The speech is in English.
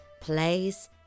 plays